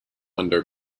under